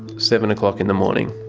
seven o'clock in the morning.